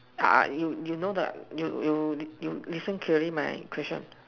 ah ah you you know the you you listen clearly my question